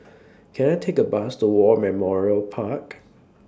Can I Take A Bus to War Memorial Park